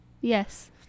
Yes